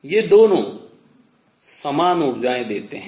ये दोनों समान ऊर्जा देते हैं